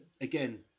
again